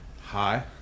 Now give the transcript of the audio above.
Hi